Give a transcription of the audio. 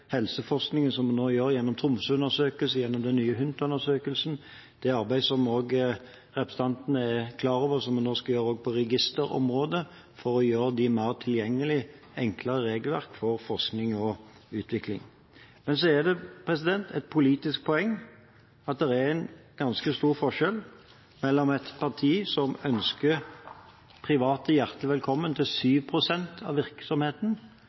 helseforskningen som man nå gjør gjennom Tromsøundersøkelsen, gjennom den nye HUNT-undersøkelsen. Det er arbeid som, som også representanten er klar over, man nå skal få over på registerområdet for å gjøre dem mer tilgjengelig – enklere regelverk for forskning og utvikling. Men så er det et politisk poeng at det er en ganske stor forskjell mellom et parti som ønsker private hjertelig velkommen til 7 pst. av virksomheten,